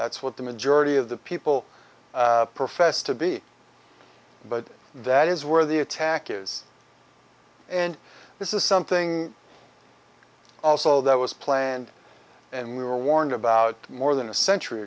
that's what the majority of the people profess to be but that is where the attack is and this is something also that was planned and we were warned about more than a century